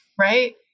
right